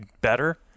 better